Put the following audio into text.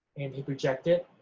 and they projected